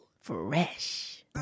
Fresh